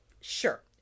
sure